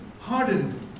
hardened